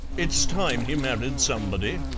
it's time he married somebody,